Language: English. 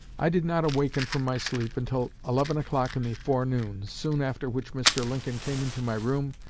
i did not awaken from my sleep until eleven o'clock in the forenoon, soon after which mr. lincoln came into my room,